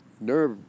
nerve